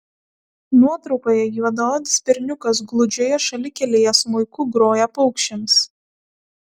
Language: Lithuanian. nuotraukoje juodaodis berniukas gludžioje šalikelėje smuiku groja paukščiams